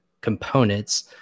components